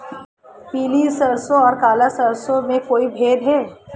पीली सरसों और काली सरसों में कोई भेद है?